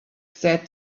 said